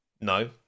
No